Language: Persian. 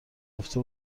گفته